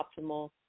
optimal